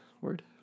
word